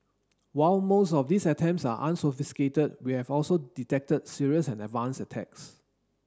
while most of these attempts are unsophisticated we have also detected serious and advance attacks